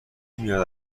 میاد